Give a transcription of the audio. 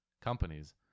companies